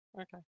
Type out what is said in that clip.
Okay